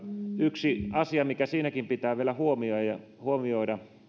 yksi asia mikä siinäkin pitää vielä huomioida on